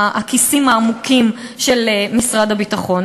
את הכיסים העמוקים של משרד הביטחון.